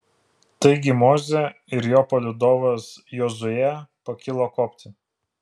taigi mozė ir jo palydovas jozuė pakilo kopti